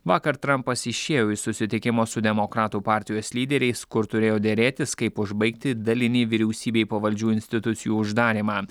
vakar trampas išėjo iš susitikimo su demokratų partijos lyderiais kur turėjo derėtis kaip užbaigti dalinį vyriausybei pavaldžių institucijų uždarymą